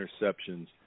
interceptions